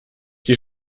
die